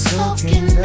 Smoking